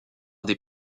des